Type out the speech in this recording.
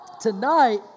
tonight